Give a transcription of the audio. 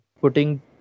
putting